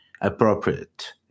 appropriate